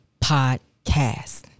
podcast